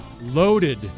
Loaded